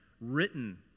written